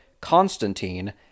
Constantine